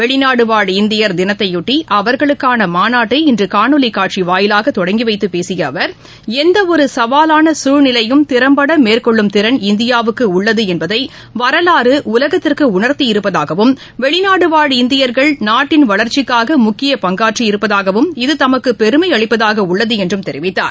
வெளிநாடுவாழ் இந்தியர் தினத்தையொட்டி அவர்களுக்கான மாநாட்டினை இன்று காணொலி காட்சி வாயிலாக தொடங்கி வைத்து பேசிய அவர் எந்த ஒரு சவாவான சூழ்நிலையும் திறம்பட மேற்கொள்ளும் திறன் இந்தியாவுக்கு உள்ளது என்பதை வரலாறு உலகத்திற்கு உணர்த்தி இருப்பதாகவும் வெளிநாடுவாழ் இந்தியர்கள் நாட்டின் வளர்ச்சிக்காக முக்கிய பங்காற்றி இருப்பதாகவும் இது தமக்கு பெருமை அளிப்பதாக உள்ளது என்றும் தெரிவித்தார்